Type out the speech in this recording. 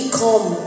come